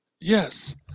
Yes